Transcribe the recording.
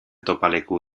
topaleku